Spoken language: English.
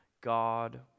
God